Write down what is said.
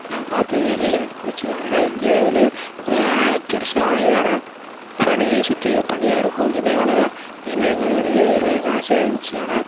நான் பார்த்ததிலே எனக்கு பிடித்தது வந்துனால் இந்தியாவிலே ஒரு பெருசாக அழகான பனி சுற்றிலும் பனியாக இருக்கும் இமயமலை தான் இந்த இமயமலை வந்து ஏறணும்ன்னு எனக்கு ஆசையாக இருந்துச்சு ஆனால்